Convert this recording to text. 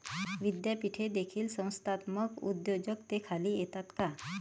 विद्यापीठे देखील संस्थात्मक उद्योजकतेखाली येतात का?